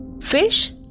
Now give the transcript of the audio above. Fish